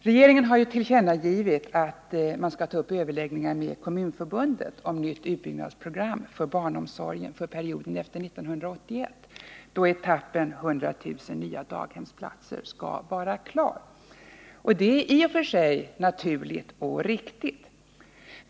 Regeringen har tillkännagivit att den skall ta upp överläggningar med Kommunförbundet om ett nytt utbyggnadsprogram för barnomsorgen för perioden efter 1981, då etappen 100 000 nya daghemsplatser skall vara klar. Detta är i och för sig naturligt och riktigt.